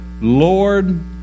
Lord